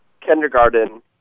kindergarten